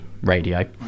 radio